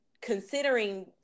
considering